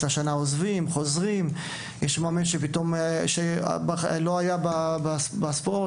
השנה וחוזרים; או שיש מאמנים שלא היו בספורט,